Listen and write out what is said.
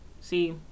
see